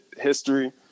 history